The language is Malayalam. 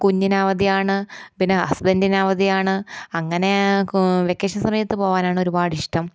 കുഞ്ഞിന് അവധിയാണ് പിന്നെ ഹസ്ബൻ്റിന് അവധിയാണ് അങ്ങനെ വെക്കേഷൻ സമയത്ത് പോവാനാണ് ഒരുപാടിഷ്ടം